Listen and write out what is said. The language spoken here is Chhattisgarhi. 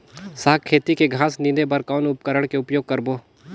साग खेती के घास निंदे बर कौन उपकरण के उपयोग करबो?